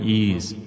ease